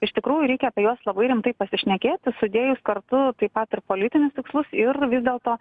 iš tikrųjų reikia apie juos labai rimtai pasišnekėti sudėjus kartu taip pat ir politinius tikslus ir vis dėlto